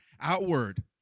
outward